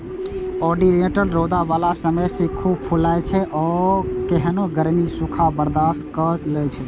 oleander रौद बला समय मे खूब फुलाइ छै आ केहनो गर्मी, सूखा बर्दाश्त कए लै छै